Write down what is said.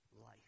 life